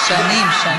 תודה, איתן.